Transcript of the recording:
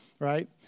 Right